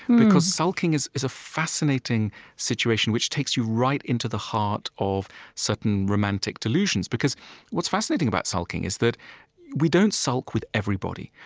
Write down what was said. because sulking is a fascinating situation which takes you right into the heart of certain romantic delusions. because what's fascinating about sulking is that we don't sulk with everybody.